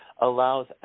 allows